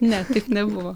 ne taip nebuvo